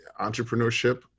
entrepreneurship